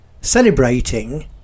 celebrating